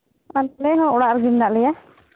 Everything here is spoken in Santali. ᱟᱞᱮ ᱦᱚᱸ ᱚᱲᱟᱜ ᱨᱮᱜᱮ ᱢᱮᱱᱟᱜ ᱞᱮᱭᱟ